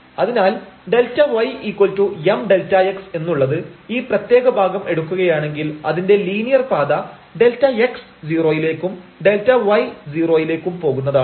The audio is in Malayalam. അതിനാൽ ΔymΔx എന്നുള്ള ഈ പ്രത്യേക ഭാഗം എടുക്കുകയാണെങ്കിൽ അതിന്റെ ലീനിയർ പാത Δx0 യിലേക്കും Δy0യിലേക്കും പോകുന്നതാണ്